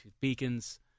beacons